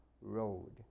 road